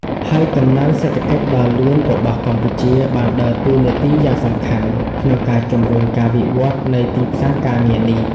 ហើយកំណើនសេដ្ឋកិច្ចដ៏លឿនរបស់កម្ពុជា បានដើរតួនាទីយ៉ាងសំខាន់ក្នុងការជំរុញការវិវត្តន៍នៃទីផ្សារការងារនេះ។